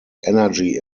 energy